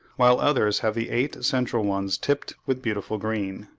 while others have the eight central ones tipped with beautiful green.